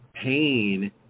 Pain